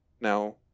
now